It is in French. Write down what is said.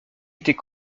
était